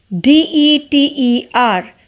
d-e-t-e-r